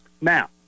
now